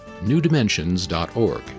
newdimensions.org